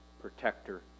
protector